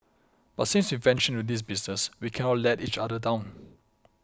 but since we ventured into this business we cannot let each other down